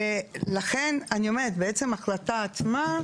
ולכן אני אומרת, בעצם ההחלטה עצמה,